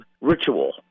ritual